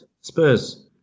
Spurs